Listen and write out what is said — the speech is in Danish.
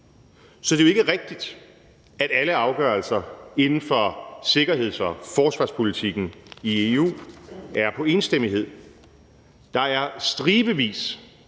Så det er jo ikke rigtigt, at alle afgørelser inden for sikkerheds- og forsvarspolitikken i EU er på enstemmighed. Der er stribevis